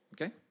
Okay